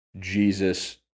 Jesus